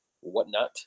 whatnot